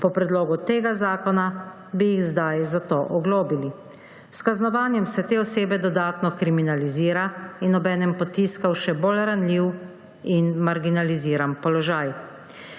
Po predlogu tega zakona bi jih zdaj za to oglobili. S kaznovanjem se te osebe dodatno kriminalizira in obenem potiska v še bolj ranljiv in marginaliziran položaj.